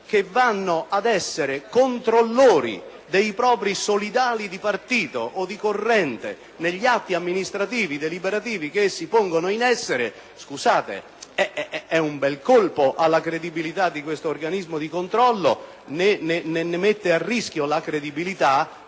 che vanno ad essere controllori dei propri solidali di partito o di corrente negli atti amministrativi deliberativi che essi pongono in essere, è un bel colpo alla credibilità di questo organismo di controllo; ne mette a rischio la credibilità